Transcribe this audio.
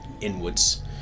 inwards